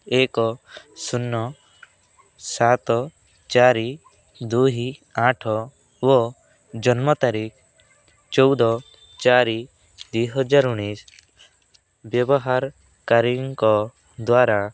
ଏକ ଶୂନ୍ୟ ସାତ ଚାରି ଦୁଇ ଆଠ ଓ ଜନ୍ମ ତାରିଖ ଚଉଦ ଚାରି ଦୁଇ ହଜାର ଉଣେଇଶି ବ୍ୟବହାରକାରୀଙ୍କ ଦ୍ଵାରା